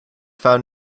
found